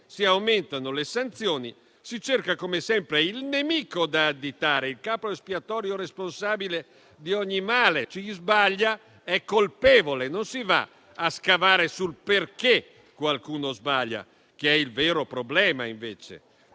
si aumentano le sanzioni, si cerca come sempre il nemico da additare, il capro espiatorio responsabile di ogni male: chi sbaglia è colpevole, ma non si va a scavare sul perché qualcuno sbagli, che è il vero problema.